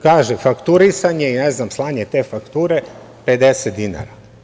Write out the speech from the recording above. Kažu – fakturisanje i slanje te fakture 50 dinara.